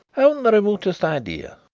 haven't the remotest idea,